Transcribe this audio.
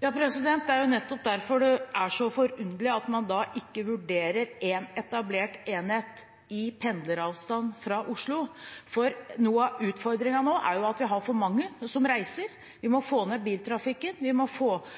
Det er nettopp derfor det er så forunderlig at man da ikke vurderer en etablert enhet i pendleravstand fra Oslo, for noe av utfordringen nå er at vi har for mange som reiser – vi må få ned biltrafikken, og